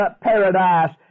paradise